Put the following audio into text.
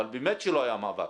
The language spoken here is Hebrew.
אבל באמת שלא היה מאבק